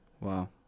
Wow